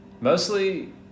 Mostly